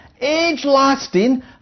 age-lasting